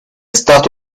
stato